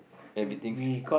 everything's